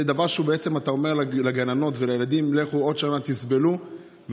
זה דבר שבעצם אתה אומר לגננות ולילדים: לכו תסבלו עוד שנה,